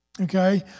Okay